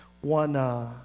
One